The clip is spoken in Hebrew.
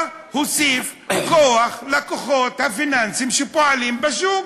בא ומוסיף כוח לכוחות הפיננסיים שפועלים בשוק,